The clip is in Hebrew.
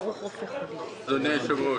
אדוני היושב-ראש,